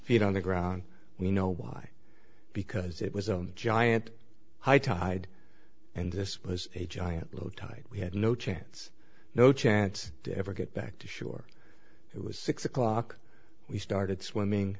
feet on the ground we know why because it was a giant high tide and this was a giant low tide we had no chance no chance to ever get back to shore it was six o'clock we started swimming